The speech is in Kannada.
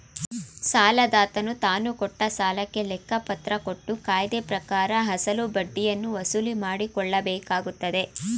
ಸಾಲದಾತನು ತಾನುಕೊಟ್ಟ ಸಾಲಕ್ಕೆ ಲೆಕ್ಕಪತ್ರ ಕೊಟ್ಟು ಕಾಯ್ದೆಪ್ರಕಾರ ಅಸಲು ಬಡ್ಡಿಯನ್ನು ವಸೂಲಿಮಾಡಕೊಳ್ಳಬೇಕಾಗತ್ತದೆ